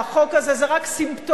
והחוק הזה זה רק סימפטום